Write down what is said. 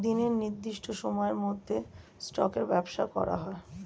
দিনের নির্দিষ্ট সময়ের মধ্যে স্টকের ব্যবসা করা হয়